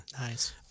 Nice